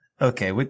Okay